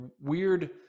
weird